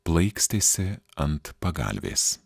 plaikstėsi ant pagalvės